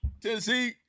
Tennessee